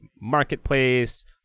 marketplace